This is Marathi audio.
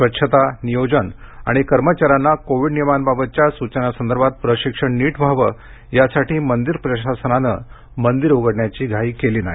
स्वच्छता नियोजन आणि कर्मचाऱ्यांना कोविड नियमांबाबतच्या स्चनांसंदर्भातलं प्रशिक्षण नीट व्हावं यासाठी मंदिर प्रशासनानं मंदिर उघडण्याची घाई केली नाही